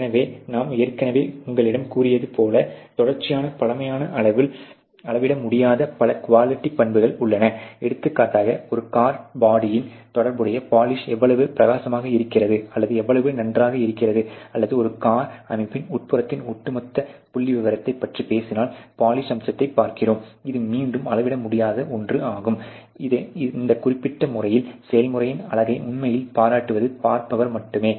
எனவே நான் ஏற்கனவே உங்களிடம் கூறியது போல் தொடர்ச்சியான பழமையான அளவில் அளவிட முடியாத பல குவாலிட்டி பண்புகள் உள்ளன எடுத்துக்காட்டாக ஒரு கார் பாடியுடன் தொடர்புடைய பாலிஷ் எவ்வளவு பிரகாசமாக இருக்கிறது அல்லது எவ்வளவு நன்றாக இருக்கிறது அல்லது ஒரு கார் அமைப்பின் உட்புறத்தின் ஒட்டுமொத்த புள்ளிவிவரத்தைப் பற்றி பேசினால் பாலிஷ் அம்சத்தைப் பார்க்கிறோம் இது மீண்டும் அளவிட முடியாத ஒன்று ஆகும் இந்த குறிப்பிட்ட முறையில் செயல்முறையின் அழகை உண்மையில் பாராட்டுவது பார்ப்பவர் மட்டுமே